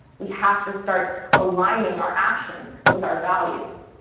we have to start aligning our actions with our values.